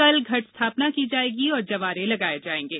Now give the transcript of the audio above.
कल घट स्थापना की जाएगी और जवारे लगाए जाएगे